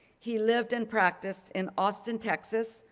he lived in practice in austin, texas,